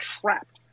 trapped